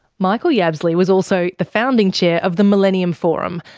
michael yabsley was also the founding chair of the millennium forum,